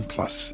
Plus